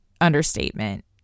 understatement